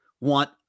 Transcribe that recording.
want